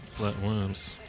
Flatworms